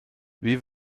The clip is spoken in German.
wie